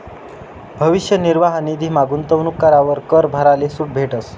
भविष्य निर्वाह निधीमा गूंतवणूक करावर कर भराले सूट भेटस